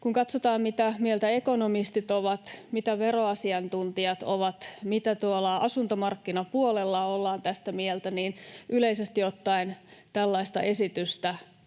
Kun katsotaan, mitä mieltä ekonomistit ovat, mitä mieltä veroasiantuntijat ovat, mitä asuntomarkkinapuolella ollaan tästä mieltä, niin yleisesti ottaen tällaista esitystä